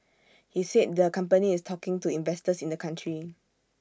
he said the company is talking to investors in the country